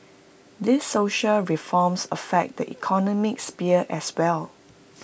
these social reforms affect the economic sphere as well